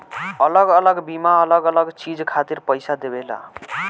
अलग अलग बीमा अलग अलग चीज खातिर पईसा देवेला